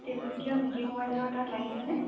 তিনচুকীয়া বিকি মোবাইলৰ তাত লাগিছেনে